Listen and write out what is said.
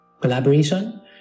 collaboration